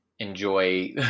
enjoy